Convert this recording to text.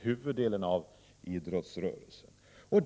Huvuddelen av idrottsrörelsen står för detta.